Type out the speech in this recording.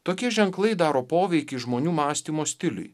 tokie ženklai daro poveikį žmonių mąstymo stiliui